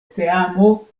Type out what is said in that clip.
teamo